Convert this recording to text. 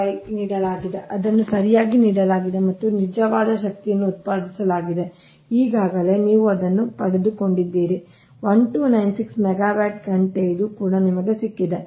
5 ನೀಡಲಾಗಿದೆ ಅದನ್ನು ಸರಿಯಾಗಿ ನೀಡಲಾಗಿದೆ ಮತ್ತು ನಿಜವಾದ ಶಕ್ತಿಯನ್ನು ಉತ್ಪಾದಿಸಲಾಗಿದೆ ಈಗಾಗಲೇ ನೀವು ಅದನ್ನು ಪಡೆದುಕೊಂಡಿದ್ದೀರಿ 1296 ಮೆಗಾವ್ಯಾಟ್ ಗಂಟೆ ಇದು ಕೂಡ ನಿಮಗೆ ಸಿಕ್ಕಿದೆ